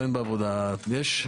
יש.